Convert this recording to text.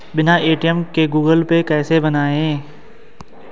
बिना ए.टी.एम के Google Pay कैसे बनायें?